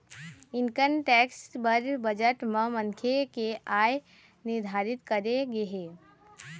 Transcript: income tax बर budget म मनखे के आय निरधारित करे गे हे